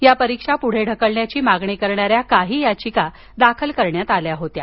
या परीक्षा पूढे ढकलण्याची मागणी करणाऱ्या काही याचिका दाखल करण्यात आल्या होत्या